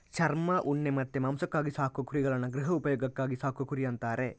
ಚರ್ಮ, ಉಣ್ಣೆ ಮತ್ತೆ ಮಾಂಸಕ್ಕಾಗಿ ಸಾಕುವ ಕುರಿಗಳನ್ನ ಗೃಹ ಉಪಯೋಗಕ್ಕಾಗಿ ಸಾಕುವ ಕುರಿ ಅಂತಾರೆ